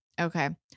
Okay